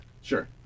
Sure